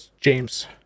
James